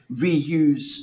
reuse